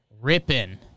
Ripping